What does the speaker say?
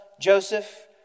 Joseph